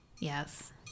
yes